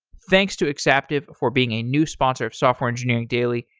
thanks to exaptive for being a new sponsor of software engineering daily.